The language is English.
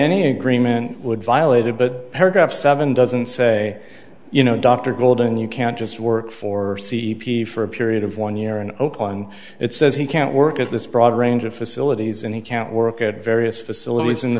any agreement would violate it but paragraph seven doesn't say you know dr golden you can't just work for c e p t for a period of one year and oakland it says he can't work at this broad range of facilities and he can't work at various facilities